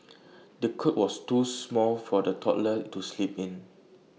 the cot was too small for the toddler to sleep in